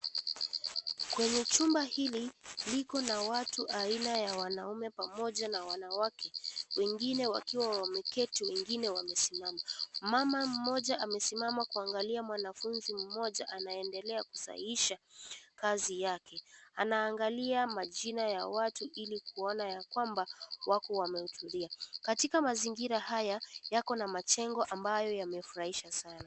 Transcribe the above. Kwenye chumba hili liko na watu aina ya wanaume pamoja na wanawake wengine wakiwa wameketi wengine wamesimama mama mmoja amesimama kuangalia mwanafunzi mmoja anayeendelea kusahihisha kazi yake anaangalia majina ya watu ili kuona ya kwamba watu wamehudhuria, katika mazingira haya yako na majengo ambayo yamefurahisha sana.